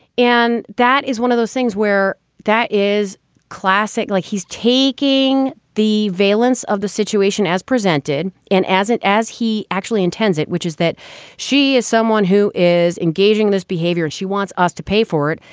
and that is one of those things where that is classic, like he's taking the valence of the situation as presented in and as it as he actually intends it, which is that she is someone who is engaging this behavior. and she wants us to pay for it.